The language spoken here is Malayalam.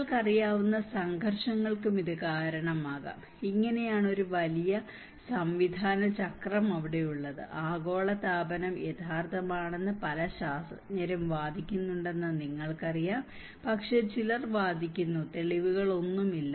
നിങ്ങൾക്ക് അറിയാവുന്ന സംഘർഷങ്ങൾക്കും ഇത് കാരണമാകും ഇങ്ങനെയാണ് ഒരു വലിയ സംവിധാന ചക്രം അവിടെയുള്ളത് ആഗോളതാപനം യഥാർത്ഥമാണെന്ന് പല ശാസ്ത്രജ്ഞരും വാദിക്കുന്നുണ്ടെന്ന് നിങ്ങൾക്കറിയാം പക്ഷേ ചിലർ വാദിക്കുന്നു തെളിവുകളൊന്നുമില്ല